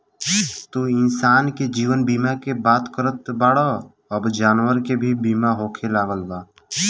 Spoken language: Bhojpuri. तू इंसान के जीवन बीमा के बात करत बाड़ऽ अब जानवर के भी बीमा होखे लागल बा